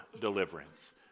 deliverance